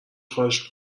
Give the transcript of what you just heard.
خواهش